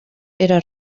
era